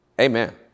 Amen